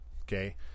Okay